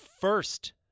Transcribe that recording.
first